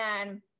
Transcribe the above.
and-